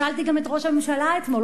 שאלתי גם את ראש הממשלה אתמול,